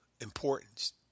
importance